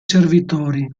servitori